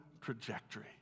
trajectory